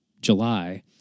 July